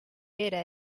era